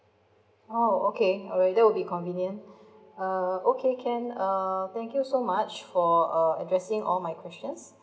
oh okay will be convenient uh okay can err thank you so much for uh addressing all my questions